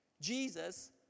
Jesus